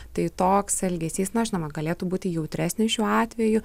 tai toks elgesys na žinoma galėtų būti jautresnis šiuo atveju